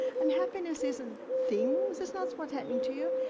and happiness isn't things that's not what's happening to you,